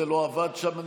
זה לא עבד שם,